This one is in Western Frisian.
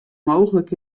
mooglik